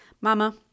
mama